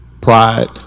pride